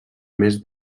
més